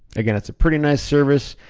again, it's a pretty nice service.